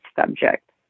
subject